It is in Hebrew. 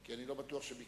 כי אני לא בטוח שביקשת.